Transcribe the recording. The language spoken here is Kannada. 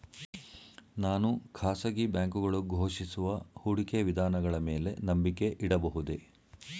ನಾನು ಖಾಸಗಿ ಬ್ಯಾಂಕುಗಳು ಘೋಷಿಸುವ ಹೂಡಿಕೆ ವಿಧಾನಗಳ ಮೇಲೆ ನಂಬಿಕೆ ಇಡಬಹುದೇ?